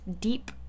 deep